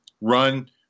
Run